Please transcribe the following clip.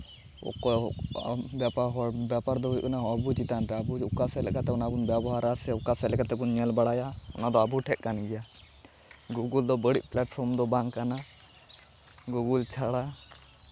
ᱚᱠᱚᱭ ᱵᱟᱵᱟ ᱦᱚᱲ ᱵᱮᱯᱟᱨ ᱫᱚ ᱦᱩᱭᱩᱜ ᱠᱟᱱᱟ ᱟᱹᱵᱩ ᱪᱮᱛᱟᱱ ᱨᱮ ᱟᱵᱚ ᱫᱚ ᱚᱠᱟ ᱥᱮᱫ ᱞᱮᱠᱟᱛᱮ ᱚᱱᱟ ᱵᱚᱱ ᱵᱮᱵᱚᱦᱟᱨᱟ ᱥᱮ ᱚᱠᱟ ᱥᱮᱫ ᱞᱮᱠᱟ ᱛᱮᱵᱚᱱ ᱧᱮᱞ ᱵᱟᱲᱟᱭᱟ ᱚᱱᱟ ᱫᱚ ᱟᱵᱚ ᱴᱷᱮᱡ ᱠᱟᱱ ᱜᱮᱭᱟ ᱜᱩᱜᱳᱞ ᱫᱚ ᱵᱟᱹᱲᱤᱡ ᱯᱞᱟᱴᱯᱷᱨᱚᱢ ᱫᱚ ᱵᱟᱝ ᱠᱟᱱᱟ ᱜᱤᱜᱳᱞ ᱪᱷᱟᱲᱟ